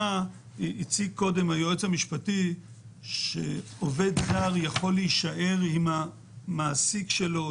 הציג קודם היועץ המשפטי שעובד זר יכול להישאר עם המעסיק שלו,